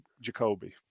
Jacoby